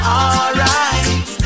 alright